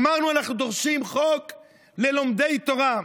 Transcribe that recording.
אמרנו: אנחנו דורשים חוק ללומדי תורה.